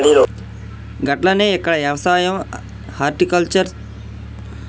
గట్లనే ఇక్కడ యవసాయం హర్టికల్చర్, వడ్రంగి, ప్రింటింగు మరియు ఇతర వ్యాపారాలు అన్ని నేర్పుతాండు గీ బడిలో